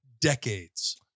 decades